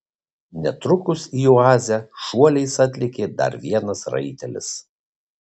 netrukus į oazę šuoliais atlėkė dar vienas raitelis